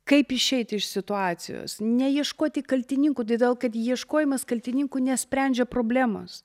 kaip išeiti iš situacijos neieškoti kaltininkų todėl kad ieškojimas kaltininkų nesprendžia problemos